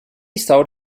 sold